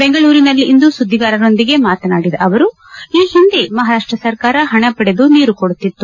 ಬೆಂಗೂರಿನಲ್ಲಿಂದು ಸುದ್ದಿಗಾರರೊಂದಿಗೆ ಮಾತನಾಡಿದ ಅವರು ಈ ಹಿಂದೆ ಮಹಾರಾಷ್ಟ ಸರ್ಕಾರ ಹಣ ಪಡೆದು ನೀರು ಕೊಡುತ್ತಿತ್ತು